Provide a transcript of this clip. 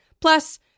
Plus